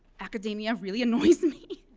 academia really annoys me.